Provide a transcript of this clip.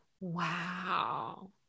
Wow